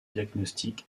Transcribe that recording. diagnostic